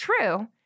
true